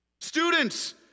Students